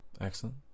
Excellent